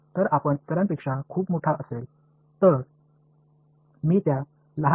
जर एखादा इतरांपेक्षा खूप मोठा असेल तर मी त्या लहानकडे दुर्लक्ष करू शकेन